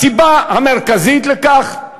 הסיבה המרכזית לכך היא